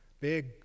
Big